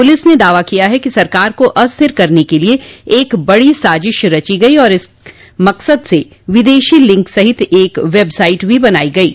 police ने दावा किया है कि सरकार को अस्थिर करने के लिए एक बडी साजिश रची गई तथा इस मकसद से विदेशी लिंक सहित एक वेबसाइट भी बनाई गई थी